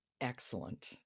Excellent